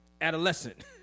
adolescent